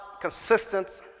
consistent